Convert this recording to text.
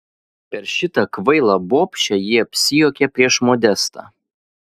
per šitą kvailą bobšę ji apsijuokė prieš modestą